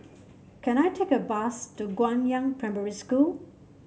can I take a bus to Guangyang Primary School